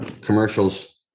commercials